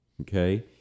Okay